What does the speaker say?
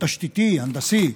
שזה אתגר תשתיתי, הנדסי,